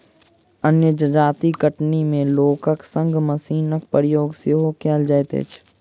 अन्य जजाति कटनी मे लोकक संग मशीनक प्रयोग सेहो कयल जाइत अछि